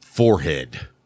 forehead